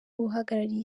uhagarariye